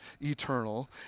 eternal